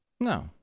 No